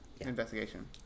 investigation